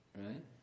right